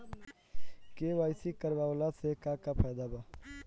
KYC करवला से का का फायदा बा?